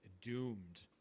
doomed